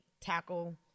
tackle